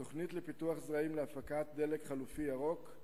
התוכנית לפיתוח זרעים להפקת דלק חלופי ירוק,